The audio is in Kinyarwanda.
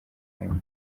mbere